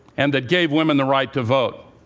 and that gave women the right to vote.